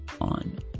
on